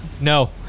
No